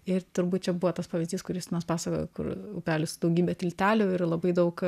ir turbūt čia buvo tas pavyzdys kur justinas pasakojo kur upelis su daugybe tiltelių ir labai daug